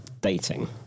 dating